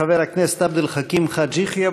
חבר הכנסת עבד אל חכים חאג' יחיא,